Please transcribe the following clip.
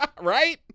Right